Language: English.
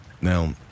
Now